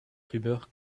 rumeur